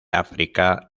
áfrica